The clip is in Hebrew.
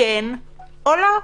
כן או לא?